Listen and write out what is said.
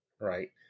right